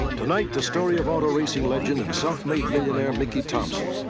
tonight the story of auto racing legend and self-made millionaire mickey thompson.